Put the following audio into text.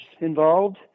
involved